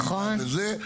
נכון, נכון.